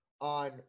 on